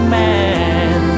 man